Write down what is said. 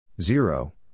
Zero